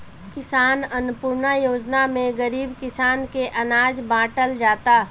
किसान अन्नपूर्णा योजना में गरीब किसान के अनाज बाटल जाता